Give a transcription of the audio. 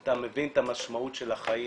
אתה מבין את המשמעות של החיים.